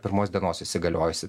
pirmos dienos įsigaliojusi